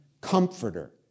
comforter